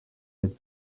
with